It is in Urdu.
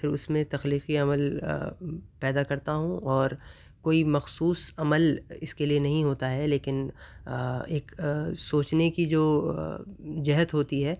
پھر اس میں تخلیقی عمل پیدا کرتا ہوں اور کوئی مخصوص عمل اس کے لیے نہیں ہوتا ہے لیکن ایک سوچنے کی جو جہد ہوتی ہے